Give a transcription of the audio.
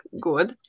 good